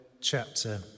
chapter